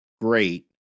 great